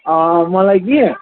मलाई कि